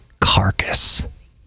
carcass